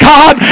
God